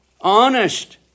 Honest